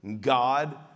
God